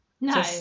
No